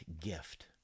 gift